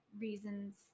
reasons